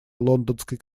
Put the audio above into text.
лондонской